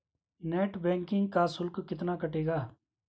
Net banking का शुल्क कितना कटेगा?